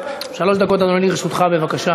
שלוש דקות, אדוני, לרשותך.